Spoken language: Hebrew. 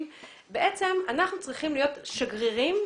ובעצם אנחנו צריכים להיות שגרירים,